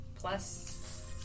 Plus